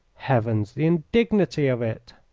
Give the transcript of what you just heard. heavens, the indignity of it!